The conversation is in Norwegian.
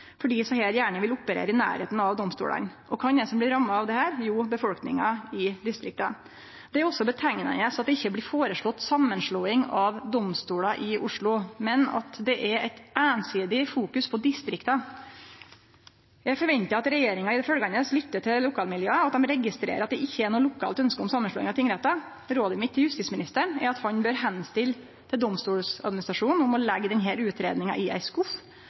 fordi desse gjerne vil operere i nærleiken av domstolane. Og kven er det som blir ramma av dette? Jau, befolkninga i distrikta. Det er også slåande at det ikkje blir foreslått samanslåing av domstolar i Oslo, men at det er eit einsidig fokus på distrikta. Eg forventar at regjeringa i det følgjande lyttar til lokalmiljøa, og at dei registrerer at det ikkje er noko lokalt ønske om samanslåing av tingrettane. Rådet mitt til justisministeren er at han bør oppmode Domstoladministrasjonen om å leggje denne utgreiinga i